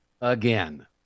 again